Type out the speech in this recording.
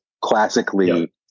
classically